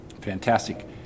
Fantastic